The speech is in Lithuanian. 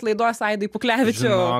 laidos aidai puklevičiau